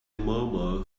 murmur